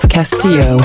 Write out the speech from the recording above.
Castillo